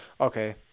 Okay